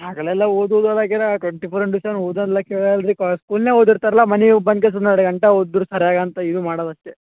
ಆಗಲೆಲ್ಲ ಓದೋದ್ ಅದು ಆಗಿದಾನ ಟ್ವೆಂಟಿ ಫೋರ್ ಇಂಟು ಸೆವೆನ್ ಓದು ಅನ್ನೋಕೆ ಹೇಳಲ್ಲ ರೀ ಸ್ಕೂಲ್ನಲ್ಲಿ ಓದಿರ್ತಾರಲ್ಲ ಮನೇಗ್ ಎರಡು ಗಂಟೆ ಓದಿದ್ರು ಸರಿಯಾಗ್ ಅಂತ ಇದು ಮಾಡೋದ್ ಅಷ್ಟೇ